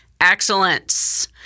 excellence